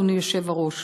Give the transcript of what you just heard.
אדוני היושב-ראש.